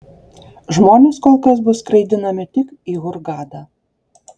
žmonės kol kas bus skraidinami tik į hurgadą